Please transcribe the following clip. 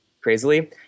crazily